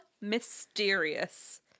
mysterious